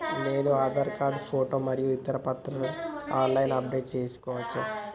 నేను Aadhaar card photo మరియు ఇతర పత్రాలను ఆన్ లైన్ అప్ డెట్ చేసుకోవచ్చా?